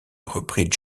reprit